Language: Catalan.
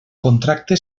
contracte